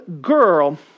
girl